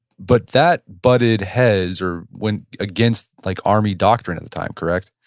but that butted heads, or went against like army doctrine at the time, correct?